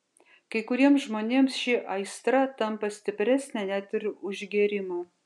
kai kuriems žmonėms ši aistra tampa stipresnė net ir už gėrimą